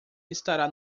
estará